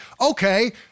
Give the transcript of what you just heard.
okay